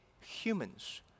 humans